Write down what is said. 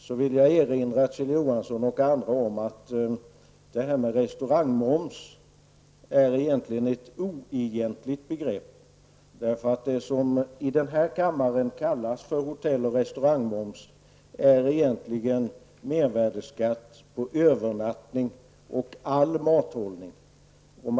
Då vill jag erinra Kjell Johansson och andra om att detta med restaurangmoms är ett oegentligt begrepp. Det som i den här kammaren kallas hotell och restaurangmoms är egentligen mervärdeskatt på övernattning och all mathållning.